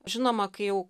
žinoma kai jau